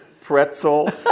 pretzel